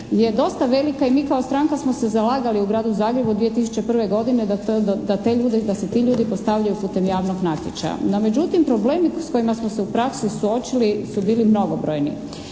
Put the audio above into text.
je dosta velika i mi kao stranka smo se zalagali u Gradu Zagrebu 2001. godine da se ti ljudi postavljaju putem javnog natječaja. No međutim, problemi s kojima smo se u praksi suočili su bili mnogobrojni.